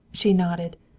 she nodded.